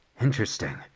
Interesting